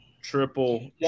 triple